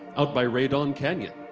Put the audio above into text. out by radon canyon.